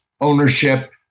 ownership